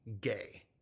gay